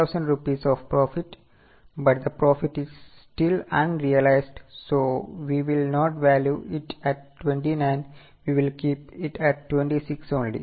So we will not value it at 29 we will keep it at 26 only ok